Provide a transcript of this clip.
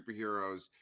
superheroes